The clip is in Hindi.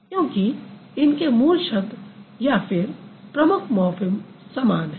क्योंकि इनके मूल शब्द या फिर प्रमुख मॉर्फ़िम समान हैं